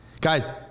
Guys